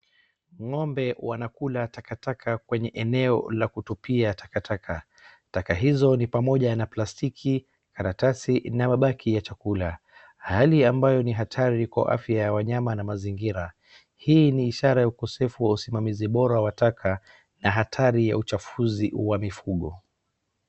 Ng'ombe wanakula takataka kwenye eneo la kutupia takataka. Taka hizo ni pamoja na plastiki, karatasi na mabaki ya chakula. Hali ambayo ni hatari kwa afya ya wanyama na mazingira. Hii ni ishara ya ukosefu wa usimamizi bora wa taka na hatari ya uchafuzi wa mifugo.